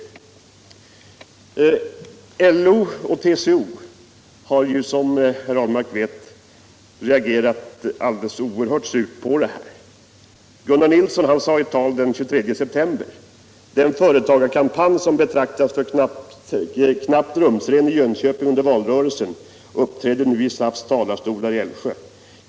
om anställnings LO och TCO har, som Per Ahlmark vet, reagerat oerhört surt på detta. — skydd, m.m. Gunnar Nilsson i LO sade i ett tal den 23 september: ”Den företagarkampanj som betraktades för knappt rumsren i Jönköping under valrörelsen uppträder nu i SAF:s talarstolar i Älvsjö.